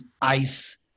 ice